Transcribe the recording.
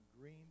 green